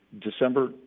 December